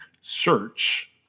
search